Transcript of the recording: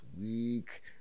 week